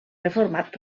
reformat